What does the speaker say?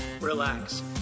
relax